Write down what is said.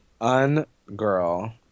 Un-girl